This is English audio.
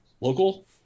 Local